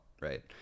Right